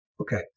Okay